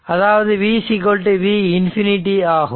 அதாவது v v ∞ ஆகும்